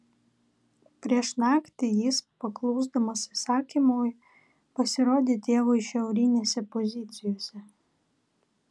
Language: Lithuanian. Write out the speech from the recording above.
prieš naktį jis paklusdamas įsakymui pasirodė tėvui šiaurinėse pozicijose